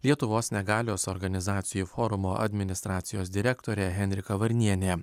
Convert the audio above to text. lietuvos negalios organizacijų forumo administracijos direktorė henrika varnienė